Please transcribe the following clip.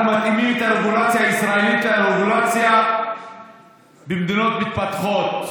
אנחנו מתאימים את הרגולציה הישראלית לרגולציה במדינות מתפתחות.